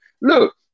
look